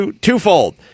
twofold